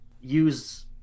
use